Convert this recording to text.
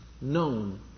known